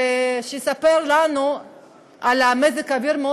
ושיספר לנו על מזג האוויר,